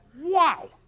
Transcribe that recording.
Wow